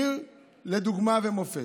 עיר לדוגמה ומופת.